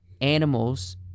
animals